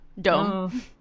dome